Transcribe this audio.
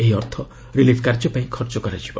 ଏହି ଅର୍ଥ ରିଲିଫ୍ କାର୍ଯ୍ୟ ପାଇଁ ଖର୍ଚ୍ଚ କରାଯିବ